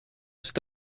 cet